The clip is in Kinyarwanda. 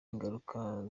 ingaruka